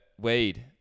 weed